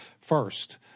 first